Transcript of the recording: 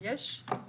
אני